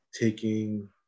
taking